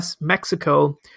Mexico